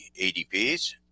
ADPs